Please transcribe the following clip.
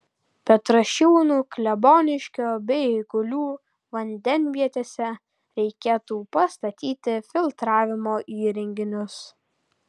petrašiūnų kleboniškio bei eigulių vandenvietėse reikėtų pastatyti filtravimo įrenginius